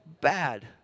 bad